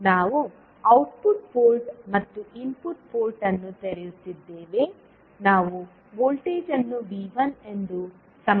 ನಾವು output port ಮತ್ತು input port ಅನ್ನು ತೆರೆಯುತ್ತಿದ್ದೇವೆ ನಾವು ವೋಲ್ಟೇಜ್ ಅನ್ನು V1 ಎಂದು ಸಂಪರ್ಕಿಸಿದ್ದೇವೆ